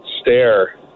stare